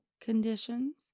conditions